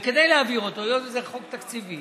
כדי להעביר אותו, היות שזה חוק תקציבי